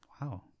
Wow